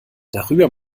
darüber